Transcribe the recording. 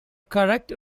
correct